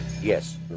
Yes